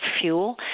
fuel